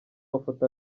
mafoto